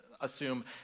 assume